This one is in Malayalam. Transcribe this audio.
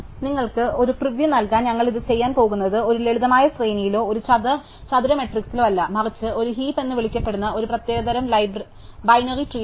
നിങ്ങൾക്ക് ഒരു പ്രിവ്യൂ നൽകാൻ ഞങ്ങൾ ഇത് ചെയ്യാൻ പോകുന്നത് ഒരു ലളിതമായ ശ്രേണിയിലോ ഒരു ചതുര മാട്രിക്സിലോ അല്ല മറിച്ച് ഒരു ഹീപ്പ് എന്ന് വിളിക്കപ്പെടുന്ന ഒരു പ്രത്യേക തരം ബൈനറി ട്രീലാണ്